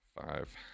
Five